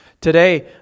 Today